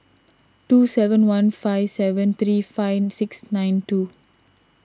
two seven one five seven three five six nine two